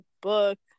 book